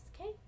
Okay